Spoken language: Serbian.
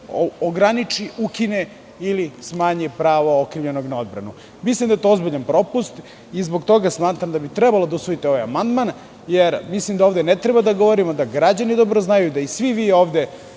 ograniči, ukine ili smanji pravo okrivljenog na odbranu. Mislim da je to ozbiljan propust i zbog toga smatram da bi trebali da usvojite ovaj amandman, jer mislim da ovde ne treba da govorimo, građani dobro znaju, svi vi dobro